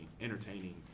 entertaining